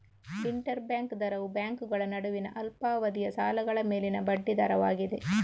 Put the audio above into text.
inter bank ದರವು ಬ್ಯಾಂಕುಗಳ ನಡುವಿನ ಅಲ್ಪಾವಧಿಯ ಸಾಲಗಳ ಮೇಲಿನ ಬಡ್ಡಿ ದರವಾಗಿದೆ